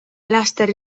laster